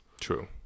True